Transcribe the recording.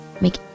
make